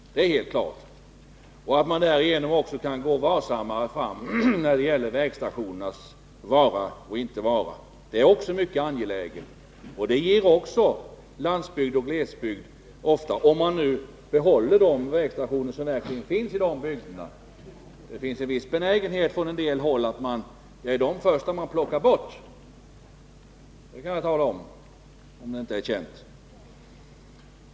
Att man därigenom kan gå varsammare fram när det gäller vägstationernas vara eller inte vara är också mycket angeläget. Det finns dock en viss benägenhet att först plocka bort de vägstationer som finns i landsbygd och glesbygd — det kan jag tala om, om det inte är känt.